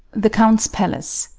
the count's palace